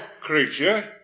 creature